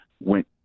went